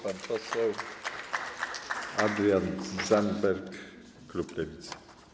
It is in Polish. Pan poseł Adrian Zandberg, klub Lewica.